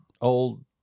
Old